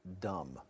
dumb